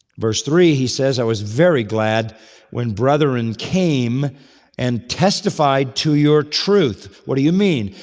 verse three he says, i was very glad when brethren came and testified to your truth. what do you mean?